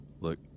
Look